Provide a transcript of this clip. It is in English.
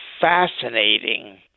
fascinating